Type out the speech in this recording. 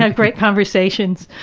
ah great conversations.